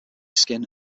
skin